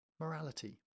Morality